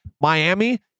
Miami